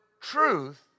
truth